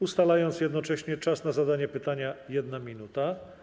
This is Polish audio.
Ustalam jednocześnie czas na zadanie pytania - 1 minuta.